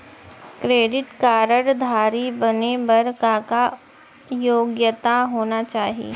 Credit card धारी बने बर का का योग्यता होना चाही?